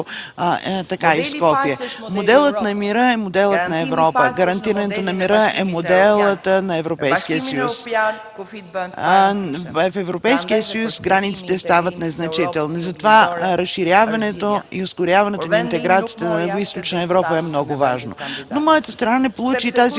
така и в Скопие. Моделът на мира е моделът на Европа. Гарантирането на мира е моделът на Европейския съюз. В Европейския съюз границите стават незначителни. Затова разширяването и ускоряването на интеграцията на Югоизточна Европа е много важно, но моята страна не получи и тази